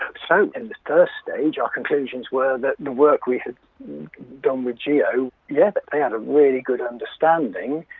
um so, in the first stage our conclusions were that the work we had done with geo, yeah, that they had a really good understanding.